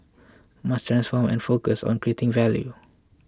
must transform and focus on creating value